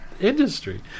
industry